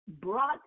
brought